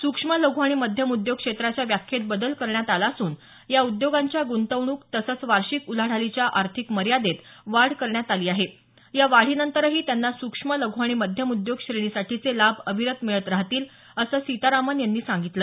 सुक्ष्म लघु आणि मध्यम उद्योग क्षेत्राच्या व्याख्येत बदल करण्यात आला असून या उद्योगांच्या गुंतवणूक तसंच वार्षिक उलाढालीच्या आर्थिक मर्यादेत वाढ करण्यात आली आहे या वाढीनंतरही त्यांना सुक्ष्म लघ्र आणि मध्यम उद्योग श्रेणीसाठीचे लाभ अविरत मिळत राहतील असं सीतारामन यांनी सांगितलं